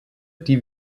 die